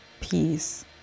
peace